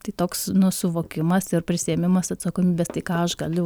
tai toks nu suvokimas ir prisiėmimas atsakomybės tai ką aš galiu